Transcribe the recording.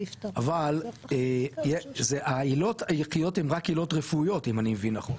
אבל זה העילות העיקריות הן רק עילות רפואיות אם אני מבין נכון,